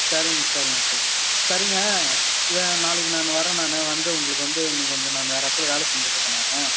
சரிங்க சரிங்க சார் சரிங்க நாளைக்கு நான் வர்றேன் நான் வந்து உங்களுக்கு வந்து இன்னைக்கு கொஞ்சம் நான் வேற இடத்துல வேலை செஞ்சுட்ருக்கேன் நான்